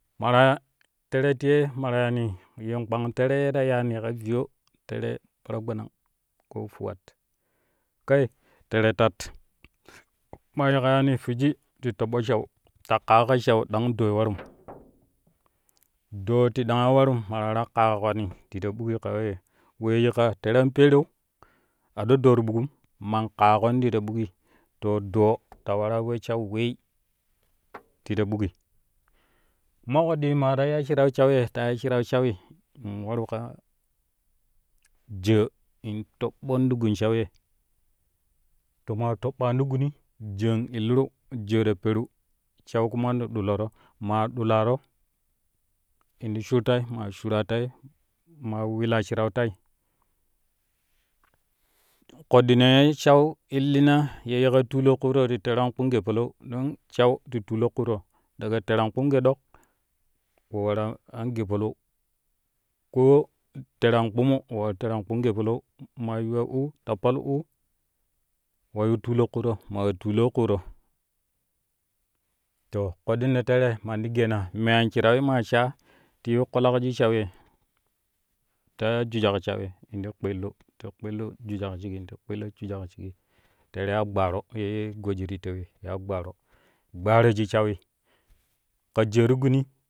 Kpara ya? Fɛvɛ tiyee ma ta yaani yen kpang tɛvɛ ye ta yaani ka viyo fɛvɛ paragbanang koo fuwat kai tɛrɛ tat maa yiƙa yaani fwiji ti toɓɓo shau te ƙaaƙo shai ɗang doo warum doo tidang warum ma ta waraa ƙaƙani ti ta ɓuki ka wee we yikka lɛrɛ an pereu a ɗoo doo ti ɓuƙum man ƙaaƙon ti ta ɓuki to doo ta wara we shau weei ti ba ɓuki kuma koɗɗi ma ta ya shirai shau ye ta ua shirau shaui in waru ka jaa taɓɓon ti gun shau ye to maa toɓɓan ti guni jaan illiru jaa ta peru shau kuna ti ɗuloro maa ɗularo in ti shur tai maa shuraa tai maa wilaa shirau tai koɗɗinee shau illina ye yikka tulo kuuro te tɛrɛ an kpumu gee palau don shau ti tulo ƙuuro daga tɛrɛ an kpumu gee ɗok we waraa an gee palau koo tɛrɛ an kpumu we wat tɛrɛ an kpumu gee pakau maa yuwa uu ta pal uu wa yiu tulo luuro ma tulo kuuro ta koɗɗino tere man ti geena me anshirawi maa shaa ti yiu ƙolak sji ahau ye taa jujak shawi in ti kpiillu, ti kpiili jujak shigi, ti kpilli jujak shigi tere yaa gbaaro te ya goji ti tewi yaa gbaaro, gbaaro shik shawi ka jaa ti guni.